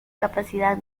capacidad